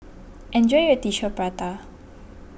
enjoy your Tissue Prata